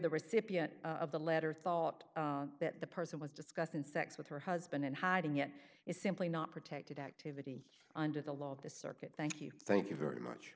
the recipient of the letter thought that the person was discussing sex with her husband and hiding it is simply not protected activity under the law of this circuit thank you thank you very much